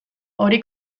hori